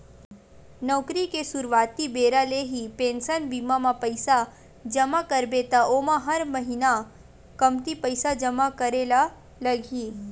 नउकरी के सुरवाती बेरा ले ही पेंसन बीमा म पइसा जमा करबे त ओमा हर महिना कमती पइसा जमा करे ल लगही